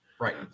Right